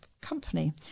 Company